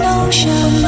ocean